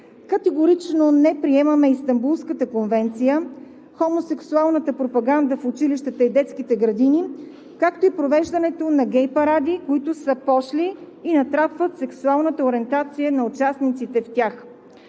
Категорично не приемаме Истанбулската конвенция, хомосексуалната пропаганда в училищата и детските градини, както и провеждането на гей паради, които са пошли и натрапват сексуалната ориентация на участниците в тях.